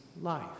life